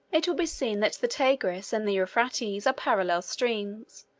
it will be seen that the tigris and the euphrates are parallel streams,